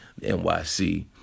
NYC